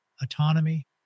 Autonomy